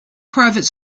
private